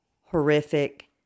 horrific